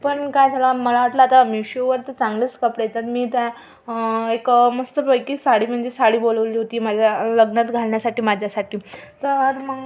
पण काय झालं मला वाटलं आता मिशोवर तर चांगलेच कपडे येतात मी तर एक मस्तपैकी साडी म्हणजे साडी बोलवली होती माझ्या लग्नात घालण्यासाठी माझ्यासाठी तर मग